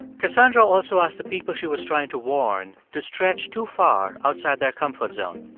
cassandra also asked the people she was trying to warn to stretch too far outside their comfort zone.